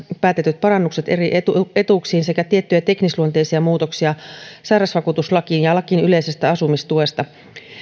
päätetyt parannukset eri etuuksiin sekä tiettyjä teknisluonteisia muutoksia sairausvakuutuslakiin ja lakiin yleisestä asumistuesta